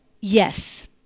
Yes